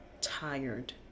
tired